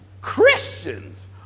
Christians